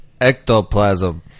ectoplasm